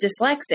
dyslexic